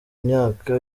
myaka